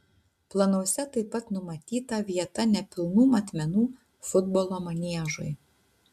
planuose taip pat numatyta vieta nepilnų matmenų futbolo maniežui